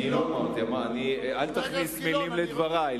אני לא אמרתי, אל תכניס מלים לדברי.